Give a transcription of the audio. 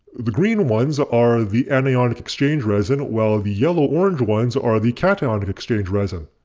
the green ones are the anionic exchange resin while ah the yellow orange ones are the cationic exchange resin.